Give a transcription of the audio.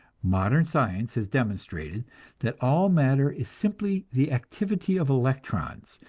modern science has demonstrated that all matter is simply the activity of electrons,